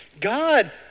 God